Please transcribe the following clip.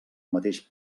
mateix